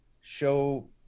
show